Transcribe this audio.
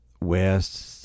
west